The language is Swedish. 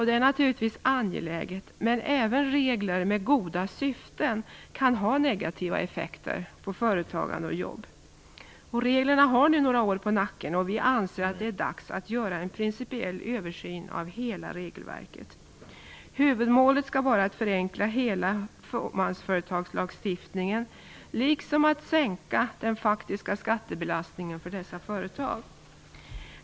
Det är naturligtvis angeläget. Men även regler med goda syften kan ha negativa effekter på företagande och jobb. Reglerna har nu några år på nacken. Vi anser att det är dags att göra en principiell översyn av hela regelverket. Huvudmålet skall vara att förenkla hela fåmansföretagslagstiftningen liksom att sänka den faktiska skattebelastningen för dessa företag.